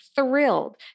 thrilled